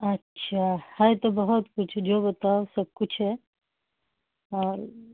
अच्छा है तो बहुत कुछ जो बताओ सब कुछ है और